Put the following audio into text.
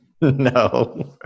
No